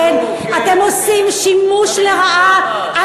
אתם עושים שימוש לרעה, תראי לי אחד.